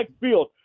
Field